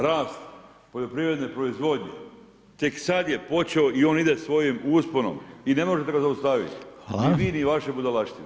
Rast poljoprivredne proizvodnje tek sad je počeo i on ide svojim usponom i ne možete ga zaustaviti, ni vi ni vaše budalaštine.